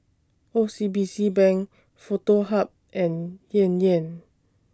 O C B C Bank Foto Hub and Yan Yan